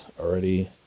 already